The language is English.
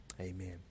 Amen